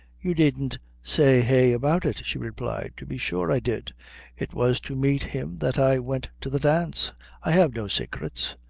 you needn't say ah about it, she replied, to be sure i did it was to meet him that i went to the dance i have no saicrets.